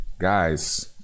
guys